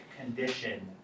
condition